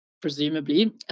presumably